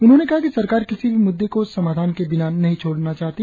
उन्होंने कहा कि सरकार किसी भी मुद्दे को समाधान के बिना छोड़ना नही चाहती